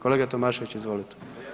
Kolega Tomašević, izvolite.